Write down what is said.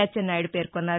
అచ్చెన్నాయుడు పేర్కొన్నారు